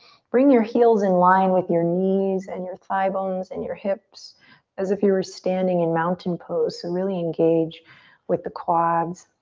bring your heels in line with your knees and your thigh bones and your hips as if you were standing in mountain pose. so really engage with the quads.